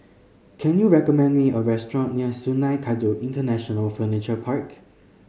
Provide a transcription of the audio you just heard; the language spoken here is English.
can you recommend me a restaurant near Sungei Kadut International Furniture Park